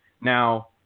Now